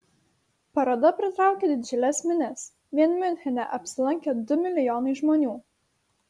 paroda pritraukė didžiules minias vien miunchene apsilankė du milijonai žmonių